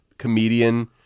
comedian